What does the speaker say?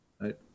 right